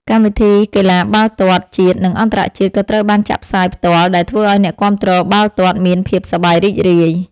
កម្មវិធីកីឡាបាល់ទាត់ជាតិនិងអន្តរជាតិក៏ត្រូវបានចាក់ផ្សាយផ្ទាល់ដែលធ្វើឱ្យអ្នកគាំទ្របាល់ទាត់មានភាពសប្បាយរីករាយ។